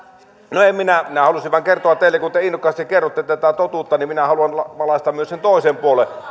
no en minä minä halusin vain kertoa teille kun te innokkaasti kerrotte tätä totuutta ja minä haluan valaista myös sen toisen puolen